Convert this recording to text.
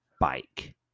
bike